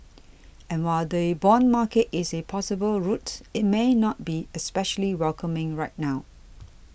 and while the bond market is a possible route it may not be especially welcoming right now